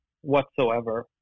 whatsoever